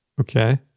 Okay